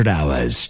Hours